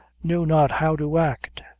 knew not how to act.